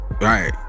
Right